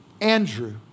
Andrew